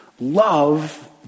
love